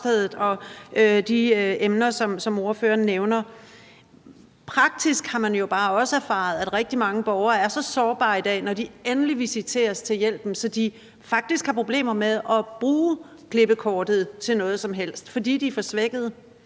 af de emner, som ordføreren nævner. Praktisk har man jo bare også erfaret, at rigtig mange borgere er så sårbare i dag, når de endelig visiteres til hjælpen, at de faktisk har problemer med at bruge klippekortet til noget som helst, fordi de er for svækkede.